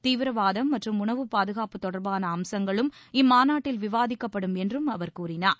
தீவிரவாதம் மற்றும் உணவு பாதுகாப்பு தொடர்பான அம்சங்களும் இம்மாநாட்டில் விவாதிக்கப்படும் என்றும் அவர் கூறினார்